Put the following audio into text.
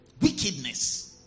Wickedness